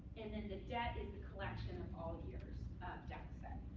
and then the debt is a collection of all years' deficit.